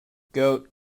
goat